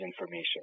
information